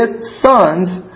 sons